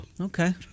Okay